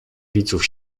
widzów